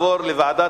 חינוך.